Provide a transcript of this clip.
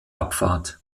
abfahrt